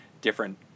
different